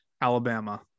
Alabama